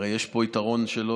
הרי יש פה יתרון שלו,